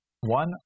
one